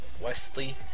Wesley